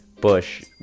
Bush